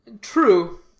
True